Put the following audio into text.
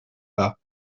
pas